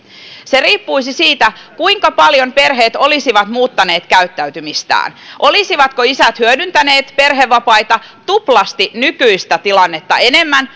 se riippuisi siitä kuinka paljon perheet olisivat muuttaneet käyttäytymistään olisivatko isät hyödyntäneet perhevapaita tuplasti nykyistä tilannetta enemmän